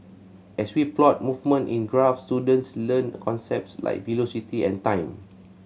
as we plot movement in graphs students learn concepts like velocity and time